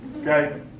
Okay